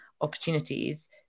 opportunities